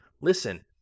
Listen